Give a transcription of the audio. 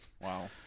wow